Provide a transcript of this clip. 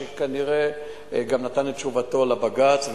שכנראה גם נתן את תשובתו לבג"ץ,